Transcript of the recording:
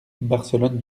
barcelonne